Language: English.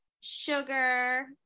sugar